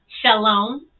Shalom